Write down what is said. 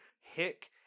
hick